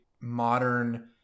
modern